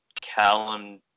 callum